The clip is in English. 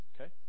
Okay